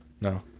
No